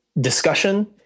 discussion